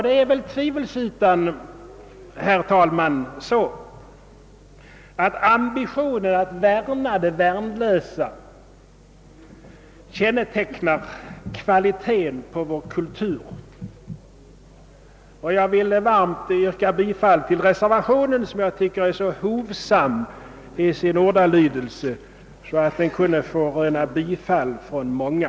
Det är tvivelsutan så, herr talman, att ambitionen att värna de värnlösa röjer kvalitén på vår kultur. Jag vill varmt yrka bifall till reservationen som jag tycker är så hovsam i sin ordalydelse att den borde kunna röna bifall från många.